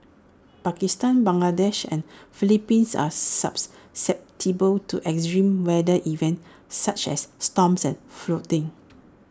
Pakistan Bangladesh and Philippines are susceptible to extreme weather events such as storms and flooding